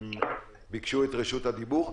הם ביקשו את רשות הדיבור.